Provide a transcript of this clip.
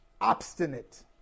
obstinate